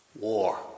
war